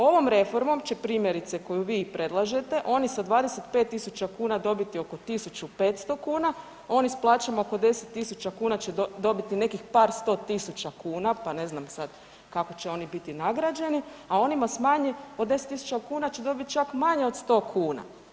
Ovom reformom će primjerice koju vi predlažete oni sa 25.000 kuna dobiti oko 1.500 kuna, oni s plaćama oko 10.000 kuna će dobiti nekih par sto tisuća kuna, pa ne znam sad kako će oni biti nagrađeni, a onima s manje od 10.000 kuna će dobit čak manje od 100 kuna.